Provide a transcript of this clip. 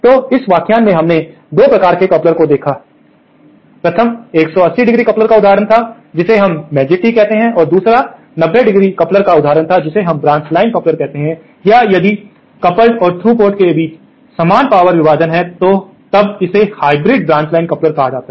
तो इस व्याख्यान में हमने 2 प्रकार के कपलर को देखा है किया प्रथम 180° कपलर का उदाहरण था एक जिसे हम मैजिक टी कहते हैं और दूसरा 90° कपलर का उदाहरण था जिसे हम ब्रांच लाइन कपलर कहते है या यदि कपल्ड और थ्रू पोर्ट के बीच समान पावर विभाजन है तब इसे हाइब्रिड ब्रांच लाइन कपलर कहा जाता है